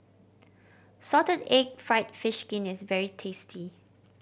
salted egg fried fish skin is very tasty